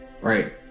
right